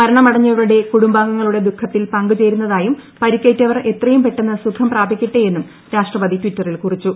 മരണമടഞ്ഞവരുടെ കുടുംബാംഗങ്ങളുടെ ദുഃഖത്തിൽ പങ്കചേരുന്നതായും പരിക്കേറ്റവർ എത്രയും പെട്ടെന്ന് സുഖം പ്രാപിക്കട്ടെയെന്നും രാഷ്ട്രപതി ട്വിറ്ററിൽ കുറിച്ചു